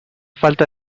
falta